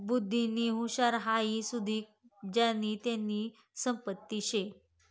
बुध्दीनी हुशारी हाई सुदीक ज्यानी त्यानी संपत्तीच शे